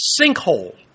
sinkhole